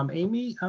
um amy,